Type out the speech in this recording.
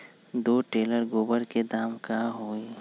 दो टेलर गोबर के दाम का होई?